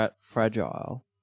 fragile